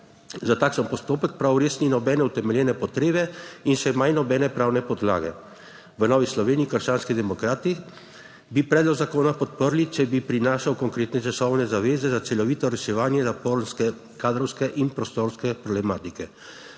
Za takšen postopek prav res ni nobene utemeljene potrebe in še manj nobene pravne podlage. V Novi Sloveniji krščanski demokrati bi predlog zakona podprli, če bi prinašal konkretne časovne zaveze za celovito reševanje zaporske, kadrovske in prostorske problematike.